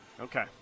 Okay